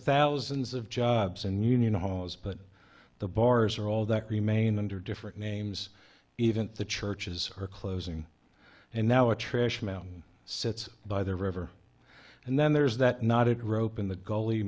thousands of jobs and union halls but the bars are all that remain under different names even the churches are closing and now a trash mountain sits by the river and then there's that knotted rope in the g